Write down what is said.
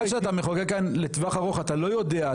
כשאתה מחוקק כאן לטווח ארוך אתה לא יודע,